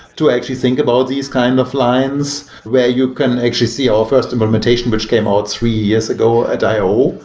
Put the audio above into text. to actually think about these kind of lines where you can actually see our first implementation, which came out three years ago at io.